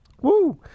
Woo